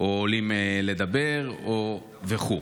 או עולים לדבר וכו'.